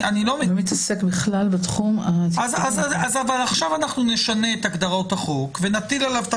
הוא לא מתעסק בכלל בתחום --- עכשיו נשנה את הגדרות החוק ונטיל עליו.